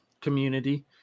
community